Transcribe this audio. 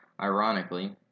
ironically